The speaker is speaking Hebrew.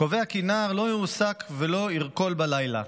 קובע כי נער לא יועסק ולא ירכול בלילה.